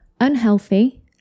unhealthy